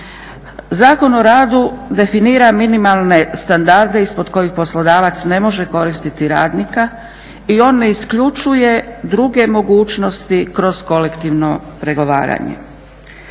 Zakon o radu definira minimalne standarde ispod kojih poslodavac ne može koristiti radnika i on ne isključuje druge mogućnosti kroz kolektivno pregovaranje.